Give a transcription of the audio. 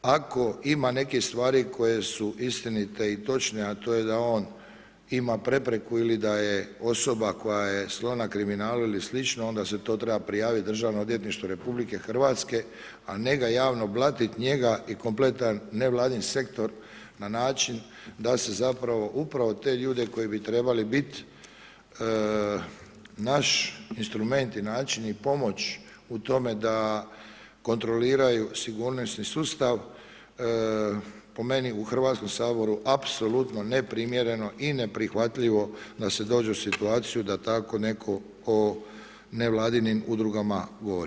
Ako ima nekih stvari koje su istinite i točne, a to je da on ima prepreku ili da je osoba koja je sklona kriminalu ili slično, onda se to treba prijaviti Državnom odvjetništvu Republike Hrvatske, a ne ga javno blatit njega i kompletan nevladin sektor na način da se zapravo upravo te ljude koji bi trebali biti naš instrument i način i pomoć u tome da kontroliraju sigurnosni sustav po meni u Hrvatskom saboru apsolutno neprimjereno i neprihvatljivo da se dođe u situaciju da tako netko o nevladinim udrugama govori.